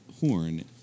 Horn